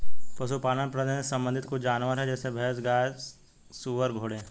पशुपालन प्रजनन से संबंधित कुछ जानवर है जैसे भैंस, गाय, सुअर, घोड़े